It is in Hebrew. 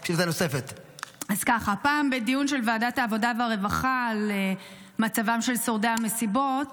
בדיון של ועדת העבודה והרווחה על מצבם של שורדי המסיבות